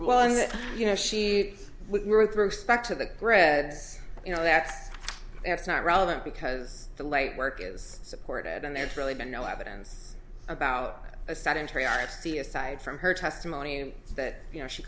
and you know she threw spec to the threads you know that it's not relevant because the light work is supported and there's really been no evidence about a sedentary artsy aside from her testimony that you know she